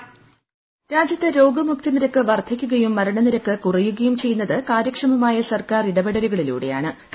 voice രാജ്യത്ത് രോഗമുക്തി ് നിരക്ക് വർദ്ധിക്കുകയും മരണനിരക്ക് കുറയുകയും ചെയ്യുന്നത് കാര്യക്ഷമമായ സർക്കാർ ഇടപെടലുകളിലൂടെ ആണ്